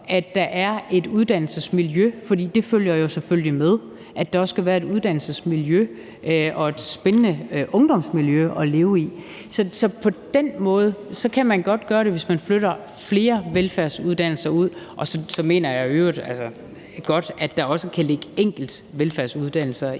at der er et uddannelsesmiljø, for det følger jo selvfølgelig med, at der også skal være et uddannelsesmiljø og et spændende ungdomsmiljø at leve i. Så på den måde kan man godt gøre det, hvis man flytter flere velfærdsuddannelser ud. Og så mener jeg i øvrigt godt, at der også kan ligge enkelte velfærdsuddannelser